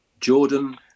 jordan